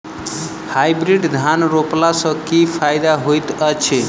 Hybrid धान रोपला सँ की फायदा होइत अछि?